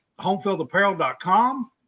homefieldapparel.com